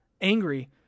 angry